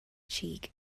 cheek